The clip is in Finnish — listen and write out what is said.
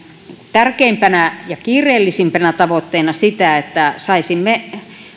tärkeimpänä ja kiireellisimpänä tavoitteena sitä että saisimme